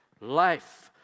life